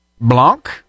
Blanc